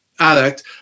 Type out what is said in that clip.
addict